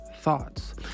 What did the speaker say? thoughts